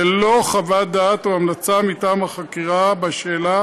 ללא חוות דעת או המלצה מטעם החקירה בשאלה